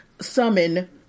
Summon